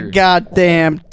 goddamn